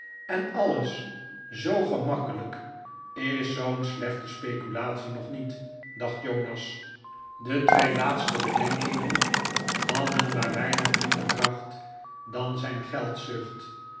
en alles zoo gemakkelijk is zoo'n slechte speculatie nog niet dacht jonas de twee laatste bedenkingen hadden maar weinig minder kracht dan zijn